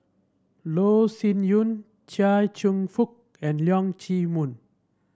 Loh Sin Yun Chia Cheong Fook and Leong Chee Mun